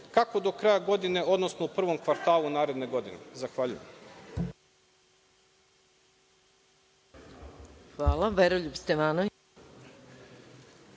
kako do kraja godine, odnosno u prvom kvartalu naredne godine. Zahvaljujem.